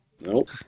Nope